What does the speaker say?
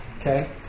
Okay